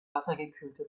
wassergekühlte